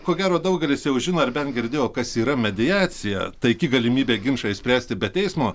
ko gero daugelis jau žino ar bent girdėjo kas yra mediacija taiki galimybė ginčą išspręsti be teismo